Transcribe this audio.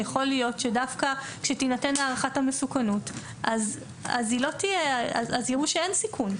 יכול להיות שדווקא כשתינתן הערכת המסוכנות אז יראו שאין סיכון.